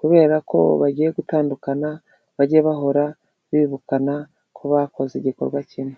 kubera ko bagiye gutandukana bajye bahora bibukana ko bakoze igikorwa kimwe.